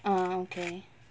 uh okay